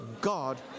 God